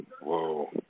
Whoa